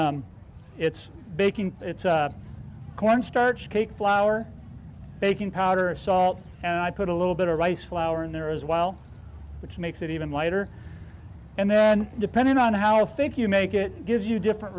baking it's cornstarch cake flour baking powder salt and i put a little bit of rice flour in there as well which makes it even lighter and then depending on how think you make it gives you different